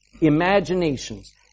Imaginations